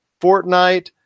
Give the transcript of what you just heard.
Fortnite